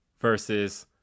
versus